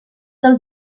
del